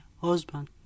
husband